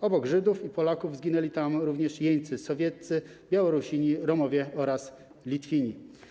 Obok Żydów i Polaków zginęli tam również jeńcy sowieccy, Białorusini, Romowie oraz Litwini.